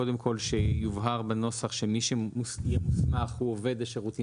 קודם כל שיובהר בנוסח שמי שיהיה מוסמך הוא עובד השירותים